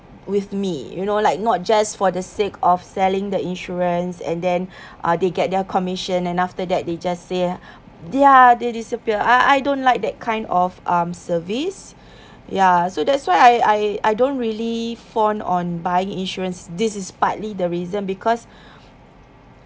with me you know like not just for the sake of selling the insurance and then uh they get their commission and after that they just say ya they disappear or I don't like that kind of um service ya so that's why I I I don't really fond on buying insurance this is partly the reason because